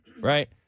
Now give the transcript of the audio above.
Right